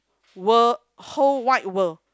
world whole wide world